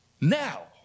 now